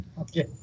Okay